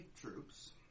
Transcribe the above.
troops